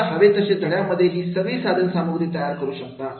तुम्हाला हवे तसे धड्यांमध्ये ही सगळी साधन सामग्री तयार करू शकता